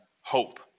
hope